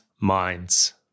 minds